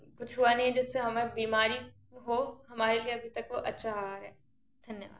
कुछ हुआ नहीं जिससे हमें बीमारी हो हमारे लिए अभी तक वह अच्छा आहार है धन्यवाद